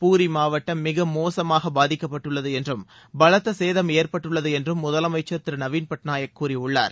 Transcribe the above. பூரி மாவட்டம் மிக மோசமாக பாதிக்கப்பட்டுள்ளது என்றும் பலத்த சேதம் ஏற்பட்டுள்ளது என்றும் முதலமைச்சர் திரு நவீன் பட்நாயக் கூறியுள்ளார்